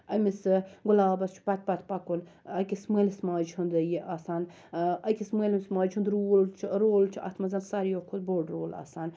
أمِس گولابَس چھُ پَتہٕ پَتہٕ پَکُن أکِس مٲلِس ماجہِ ہُنٛدٕے یہِ آسان أکِس مٲلِس ماجہِ ہُنٛد روٗل چھُ رول چھُ اتھ مَنٛز ساروِیو کھۄتہٕ بوٚڑ رول آسان